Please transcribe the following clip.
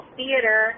theater